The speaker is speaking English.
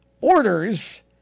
orders